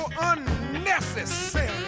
unnecessary